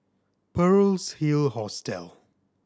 Pearl's Hill Hostel